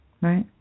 Right